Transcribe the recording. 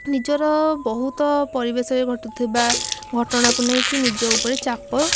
ନିଜର ବହୁତ ପରିବେଶରେ ଘଟୁଥିବା ଘଟଣାକୁ ନେଇକି ନିଜ ଉପରେ ଚାପ